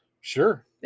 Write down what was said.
Sure